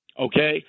Okay